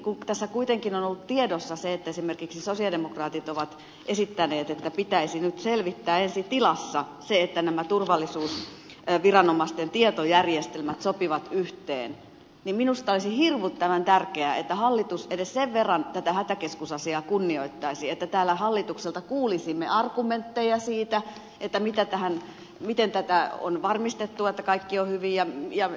kun tässä kuitenkin on ollut tiedossa se että esimerkiksi sosialidemokraatit ovat esittäneet että pitäisi nyt selvittää ensi tilassa se että nämä turvallisuusviranomaisten tietojärjestelmät sopivat yhteen niin minusta olisi hirvittävän tärkeää että hallitus edes sen verran tätä hätäkeskusasiaa kunnioittaisi että täällä hallitukselta kuulisimme argumentteja siitä miten on varmistettu että kaikki on hyvin jnp